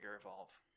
Evolve